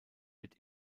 wird